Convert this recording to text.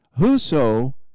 Whoso